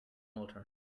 alternative